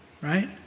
Right